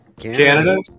Canada